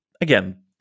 again-